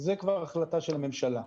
זה כבר החלטה של הממשלה.